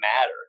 matter